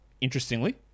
Interestingly